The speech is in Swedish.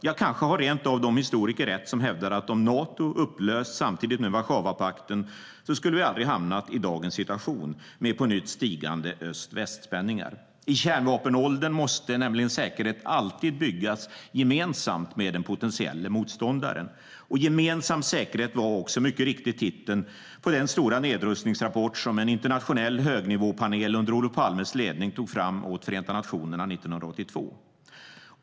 Ja, kanske har rentav de historiker rätt som hävdar att om Nato upplösts samtidigt med Warszawapakten, skulle vi aldrig hamnat i dagens situation med på nytt stigande öst-väst-spänningar. I kärnvapenåldern måste nämligen säkerhet alltid byggas gemensamt med den potentielle motståndaren. Gemensam säkerhet var också mycket riktigt titeln på den stora nedrustningsrapport som en internationell högnivåpanel under Olof Palmes ledning tog fram åt Förenta nationerna 1982.